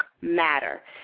matter